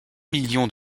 millions